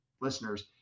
listeners